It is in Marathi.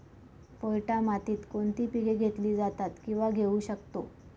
पोयटा मातीत कोणती पिके घेतली जातात, किंवा घेऊ शकतो?